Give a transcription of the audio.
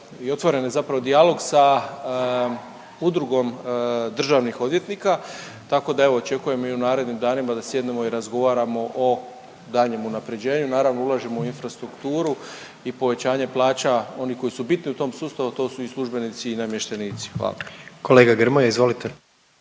otvorene zapravo dijalog sa Udrugom državnih odvjetnika, tako da evo očekujem i u narednim danima da sjednemo i razgovaramo o daljnjem unaprjeđenju. Naravno ulažemo u infrastrukturu i povećanje plaća onih koji su bitni u tom sustavu, a to su i službenici i namještenici, hvala. **Jandroković,